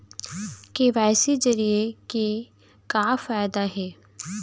KYC जरिए के का फायदा हे?